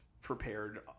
prepared